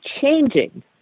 changing